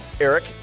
Eric